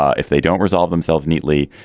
if they don't resolve themselves neatly.